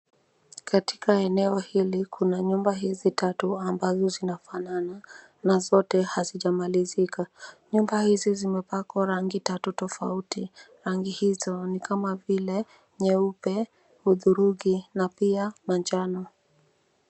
Katika eneo hili kuna nyumba hizi tatu ambazo zinafanana na zote hazijamalizika. Nyumba hizi zimepakwa rangi tatu tofauti, rangi hizo ni kama vile, nyeupe, hudhurungi na pia manjano.